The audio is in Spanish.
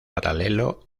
paralelo